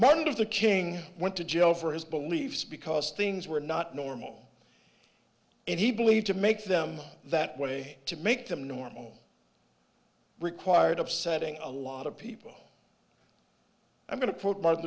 martin luther king went to jail for his beliefs because things were not normal and he believed to make them that way to make them norm required upsetting a lot of people i'm going to quote martin